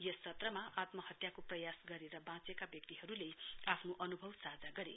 यस सत्रमा आत्महत्याको प्रयास गरेर बाँचेका व्यक्तिहरूले आफ्नो अन्भव साझा गरे